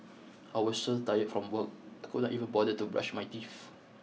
I was so tired from work I could not even bother to brush my teeth